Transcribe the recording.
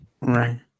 Right